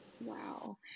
Wow